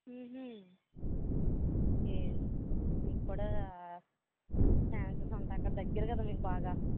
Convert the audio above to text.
okay నీక్కూడా transfers ఉంటాయి అక్కడ దగ్గర కదా మీకు బాగా